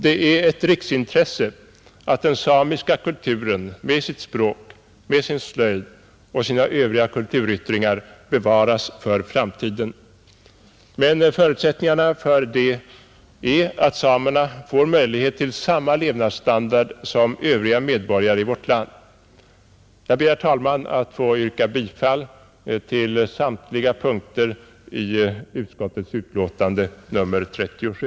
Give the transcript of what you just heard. Det är ett riksintresse att den samiska kulturen med sitt språk, sin slöjd och sina övriga kulturyttringar bevaras för framtiden. Men förutsättningarna för det är att samerna får möjlighet till samma levnadsstandard som övriga medborgare i vårt land. Jag ber, fru talman, att få yrka bifall till utskottets hemställan på samtliga punkter i utskottets betänkande nr 37.